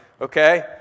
Okay